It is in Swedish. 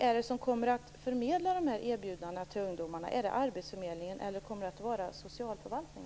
Är det arbetsförmedlingen eller socialförvaltningen som kommer att förmedla erbjudandena till ungdomarna?